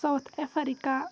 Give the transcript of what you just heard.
South Africa